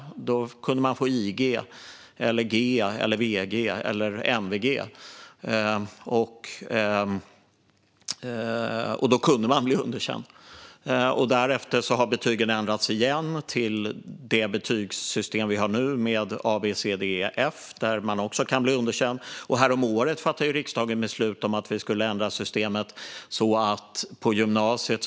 Då kunde man få IG, G, VG eller MVG. Då kunde man bli underkänd. Därefter har betygen ändrats igen till det betygssystem vi har nu med A, B, C, D, E och F, där man också kan bli underkänd. Häromåret fattade riksdagen beslut om att vi skulle ändra systemet på gymnasiet.